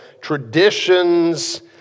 traditions